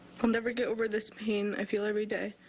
will never get over this pain i feel every day,